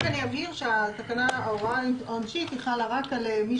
אני רק אבהיר שההוראה העונשית חלה רק על מי